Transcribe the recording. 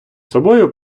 собою